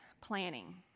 planning